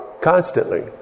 constantly